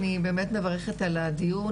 אני באמת מברכת על הדיון,